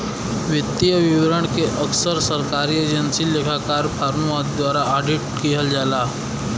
वित्तीय विवरण के अक्सर सरकारी एजेंसी, लेखाकार, फर्मों आदि द्वारा ऑडिट किहल जाला